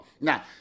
Now